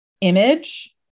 image